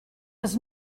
was